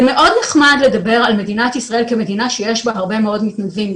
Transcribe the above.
זה מאוד נחמד לדבר על מדינת ישראל כמדינה שיש בה הרבה מאוד מתנדבים,